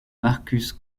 marcus